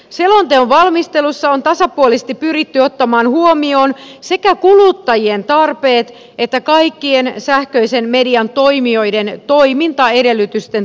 selonteon valmistelussa on tasapuolisesti pyritty ottamaan huomioon sekä kuluttajien tarpeet että kaikkien sähköisen median toimijoiden toimintaedellytysten turvaaminen